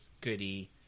goody